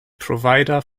provider